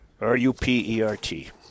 R-U-P-E-R-T